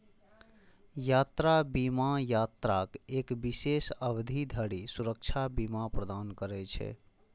यात्रा बीमा यात्राक एक विशेष अवधि धरि सुरक्षा बीमा प्रदान करै छै